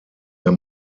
der